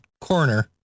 corner